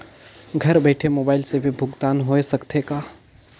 घर बइठे मोबाईल से भी भुगतान होय सकथे का?